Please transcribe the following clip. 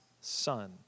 son